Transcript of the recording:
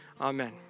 amen